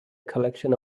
collection